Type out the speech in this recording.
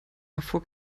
erfuhr